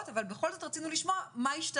תוך שקיבלנו כמובן אישור מיוחד מיושב-ראש